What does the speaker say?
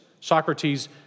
Socrates